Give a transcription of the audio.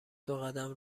دوقدم